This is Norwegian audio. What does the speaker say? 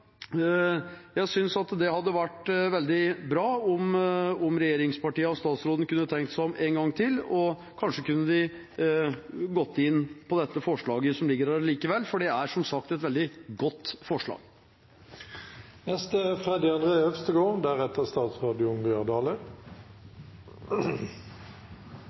det hadde vært veldig bra om regjeringspartiene og statsråden kunne tenkt seg om en gang til. Kanskje kunne de gått inn på dette forslaget som ligger her, allikevel, for det er som sagt et veldig godt